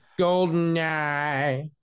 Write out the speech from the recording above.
GoldenEye